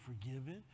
forgiven